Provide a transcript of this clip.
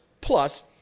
plus